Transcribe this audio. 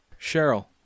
Cheryl